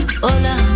hola